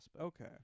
Okay